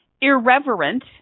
Irreverent